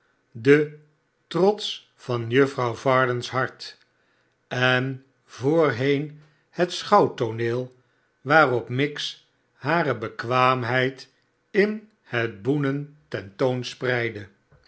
den trots van juffrouw varden's hart en voorheen het schouwtooneel waarop miggs hare bekwaamheid in het boenen